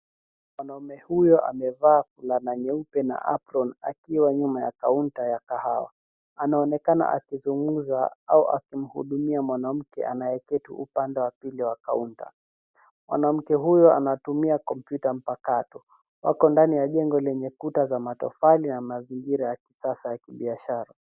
Mwanaume huyo amevaa fulana nyeupe na apron akiwa nyuma ya kaunta ya kahawa. Anaonekana akizungumza au akimhudumia mwanamke anayeketi upande wa pili wa kaunta. Mwanamke huyo anatumia kompyuta mpakato. Wako ndani ya jengo lenye kuta za matofali ya mazingira ya kisasa ya kibiashara.